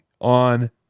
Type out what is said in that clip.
On